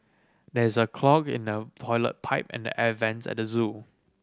there is a clog in the toilet pipe and the air vents at the zoo